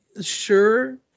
sure